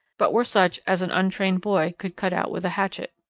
but were such as an untrained boy could cut out with a hatchet.